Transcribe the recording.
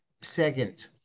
Second